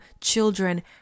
children